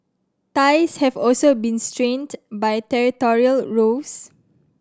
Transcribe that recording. ties have also been strained by territorial rows